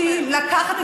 מה קרה אורלי?